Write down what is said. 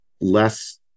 less